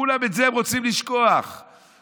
כולם רוצים לשכוח את זה.